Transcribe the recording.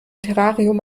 terrarium